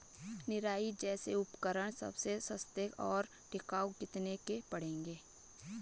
निराई जैसे उपकरण सबसे सस्ते और टिकाऊ कितने के पड़ेंगे?